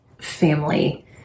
family